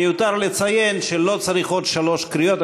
מיותר לציין שלא צריך עוד שלוש קריאות.